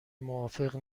موافق